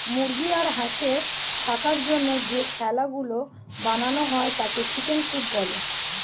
মুরগি আর হাঁসের থাকার জন্য যে খোলা গুলো বানানো হয় তাকে চিকেন কূপ বলে